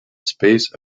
space